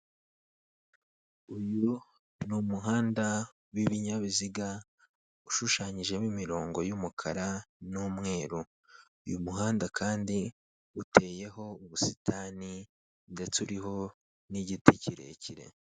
Uyu ni umuhanda w'ibinyabiziga ushushanyijemo imirongo y'umukara n'umweru, uyu muhanda kandi uteyeho ubusitani ndetse uriho n'igiti kirekire.